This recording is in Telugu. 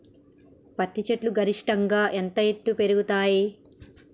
పత్తి చెట్లు గరిష్టంగా ఎంత ఎత్తు వరకు పెరుగుతయ్?